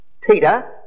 Peter